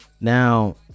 Now